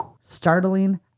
startling